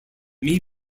may